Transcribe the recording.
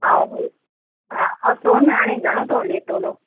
हा हू हा सोन हाणे घणो थो हले तोलो